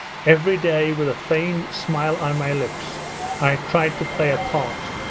every day with a feigned smile on my lips i tried to play a part,